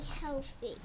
healthy